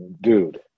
dude